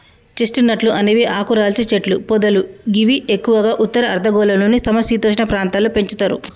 chest నట్లు అనేవి ఆకురాల్చే చెట్లు పొదలు గివి ఎక్కువగా ఉత్తర అర్ధగోళంలోని సమ శీతోష్ణ ప్రాంతాల్లో పెంచుతరు